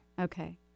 Okay